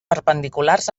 perpendiculars